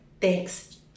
Thanks